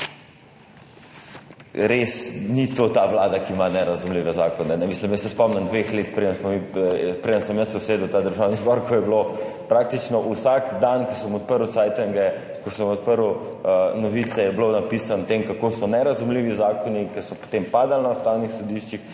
Res ni ta vlada ta, ki ima nerazumljive zakone. Spomnim se dveh let, preden sem se usedel v Državni zbor, ko je bilo praktično vsak dan, ko sem odprl cajtenge, ko sem odprl novice, napisano o tem, kako so nerazumljivi zakoni, ki so potem padali na ustavnih sodiščih.